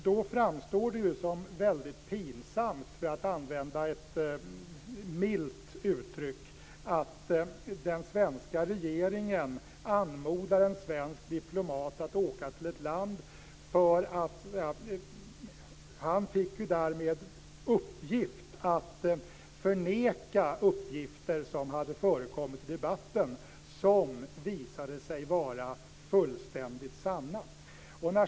Då framstår det som väldigt pinsamt, för att använda ett milt uttryck, att den svenska regeringen anmodade en svensk diplomat att åka till ett land med uppgift att förneka uppgifter som hade förekommit i debatten som visade sig vara fullständigt sanna.